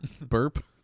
Burp